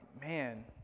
man